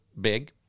big